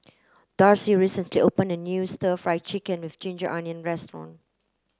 Darcie recently opened a new stir fry chicken with ginger onion restaurant